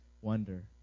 wonder